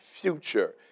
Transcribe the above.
future